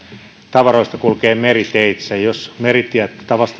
tavaroista kulkee meriteitse ja jos meritiet